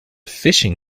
fishing